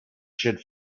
should